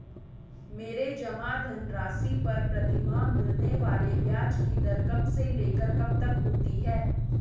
मेरे जमा धन राशि पर प्रतिमाह मिलने वाले ब्याज की दर कब से लेकर कब तक होती है?